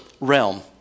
realm